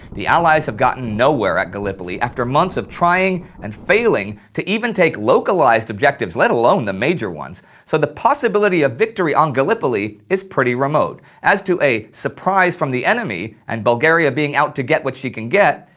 the allies have gotten nowhere at gallipoli after months of trying and failing to even take localized objectives, let alone the major ones, so the possibility of victory on gallipoli is pretty remote. as to a surprise from the enemy and bulgaria being out to get what she can get,